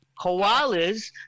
Koalas